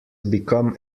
become